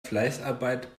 fleißarbeit